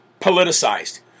politicized